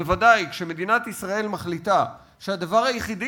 בוודאי כשמדינת ישראל מחליטה שהדבר היחידי